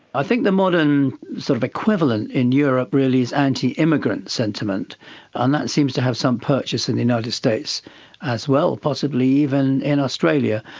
i think the modern equivalent in europe really is anti-immigrant sentiment and that seems to have some purchase in the united states as well, possibly even in australia.